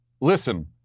listen